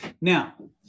Now